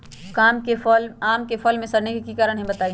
आम क फल म सरने कि कारण हई बताई?